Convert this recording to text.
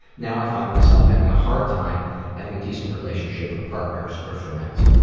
now i find myself having a hard time having a decent relationship with partners or friends.